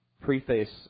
preface